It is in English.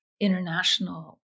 international